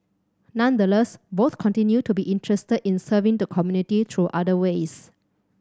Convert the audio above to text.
nonetheless both continue to be interested in serving the community through other ways